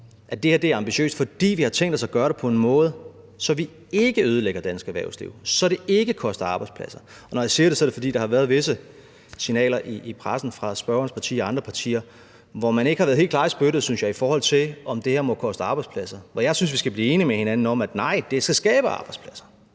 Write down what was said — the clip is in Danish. at det her er ambitiøst, fordi vi har tænkt os at gøre det på en måde, så vi ikke ødelægger dansk erhvervsliv, så det ikke koster arbejdspladser. Og når jeg siger det, er det, fordi der har været visse signaler i pressen fra spørgerens parti og andre partier, hvor man ikke har været helt klare i spyttet, synes jeg, i forhold til om det her må koste arbejdspladser – hvor jeg synes, at vi skal blive enige med hinanden om, at nej, det skal skabe arbejdspladser.